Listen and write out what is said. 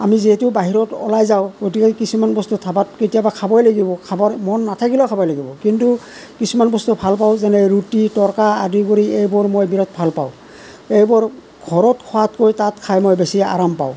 আমি যিহেতু বাহিৰত ওলাই যাওঁ গতিকে কিছুমান বস্তু ধাবাত কেতিয়াবা খাবই লাগিব খাবৰ মন নাথাকিলেও খাব লাগিব কিন্তু কিছুমান বস্তু ভাল পাওঁ যেনে ৰুটি তৰকা আদি কৰি এইবোৰ মই বিৰাট ভাল পাওঁ এইবোৰ ঘৰত খোৱাতকৈ তাত খাই মই বেছি আৰম পাওঁ